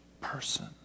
person